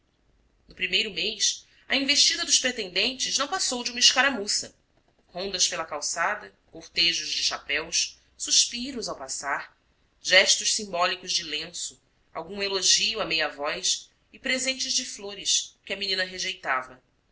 no primeiro mês a investida dos pretendentes não passou de uma escaramuça rondas pela calçada cortejos de chapéus suspiros ao passar gestos simbólicos de lenço algum elogio à meia voz e presentes de flores que a menina rejeitava